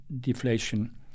deflation